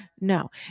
No